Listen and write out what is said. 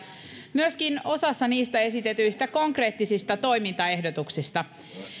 myöskin osassa niistä esitetyistä konkreettisista toimintaehdotuksista